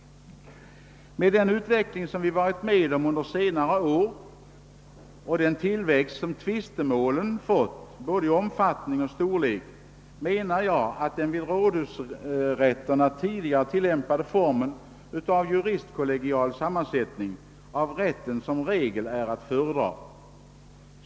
Med hänsyn till de senaste årens utveckling och ökningen av antalet tvistemål, beträffande både omfattning och storlek, menar jag att den vid rådhusrätterna tidigare tilllämpade formen för juristkollegial sammansättning av rätten som regel är att föredra.